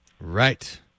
Right